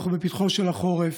אנחנו בפתחו של החורף,